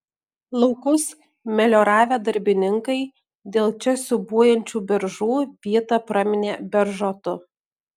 laukus melioravę darbininkai dėl čia siūbuojančių beržų vietą praminė beržotu